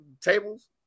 tables